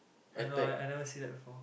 I know I I never never see that before